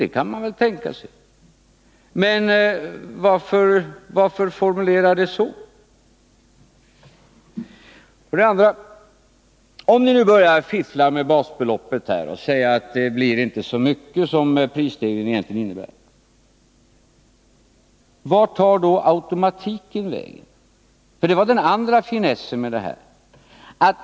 Det kan man väl tänka sig, men varför formulera det på det sättet? Om ni nu skall börja fiffla med basbeloppet så att det inte längre motsvarar prisstegringen, vart tar då automatiken vägen? Det var ju den andra finessen idet här sammanhanget.